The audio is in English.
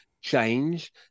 change